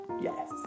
Yes